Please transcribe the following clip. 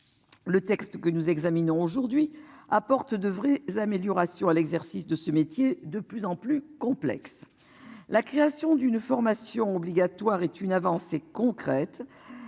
Le texte que nous examinons aujourd'hui apporte de vraies améliorations à l'exercice de ce métier de plus en plus complexes. La création d'une formation obligatoire est une avancée concrète,